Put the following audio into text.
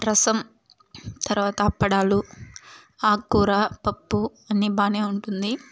రసం తర్వాత అప్పడాలు ఆకుకూర పప్పు అన్ని బాగానే ఉంటుంది